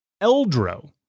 Eldro